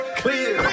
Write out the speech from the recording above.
clear